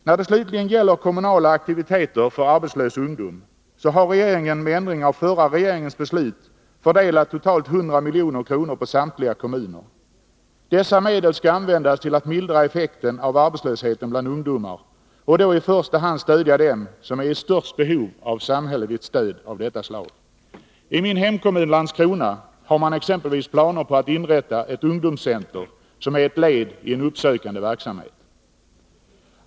När det slutligen gäller kommunala aktiviteter för arbetslös ungdom har regeringen med ändring av den förra regeringens beslut fördelat totalt 100 milj.kr. på samtliga kommuner. Dessa medel skall användas till att mildra effekten av arbetslösheten bland ungdomar, och då i första hand stödja dem som är i störst behov av samhälleligt stöd av detta slag. I min hemkommun Landskrona har man exempelvis planer på att inrätta ett ungdomscenter som ett led i en uppsökande verksamhet.